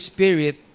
Spirit